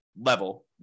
level